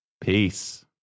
peace